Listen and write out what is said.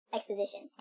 Exposition